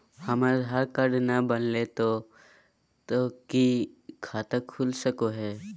हमर आधार कार्ड न बनलै तो तो की खाता खुल सको है?